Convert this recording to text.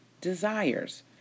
desires